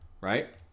right